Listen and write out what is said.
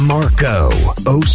Marco